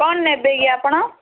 କ'ଣ ନେବେ କି ଆପଣ